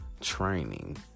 training